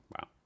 Wow